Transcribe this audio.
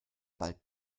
bald